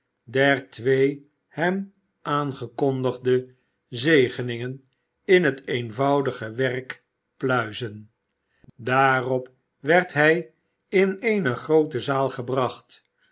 der twee hem aangekondigde zegeningen in het eenvoudig werk pluizen daarop werd hij in eene groote zaal gebracht